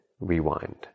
rewind